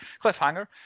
Cliffhanger